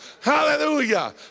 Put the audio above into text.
hallelujah